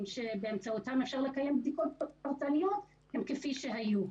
שבאמצעותם אפשר לקיים בדיקות פרטניות הם כפי שהיו.